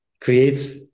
creates